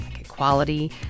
Equality